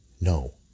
No